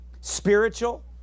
spiritual